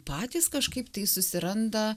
patys kažkaip tai susiranda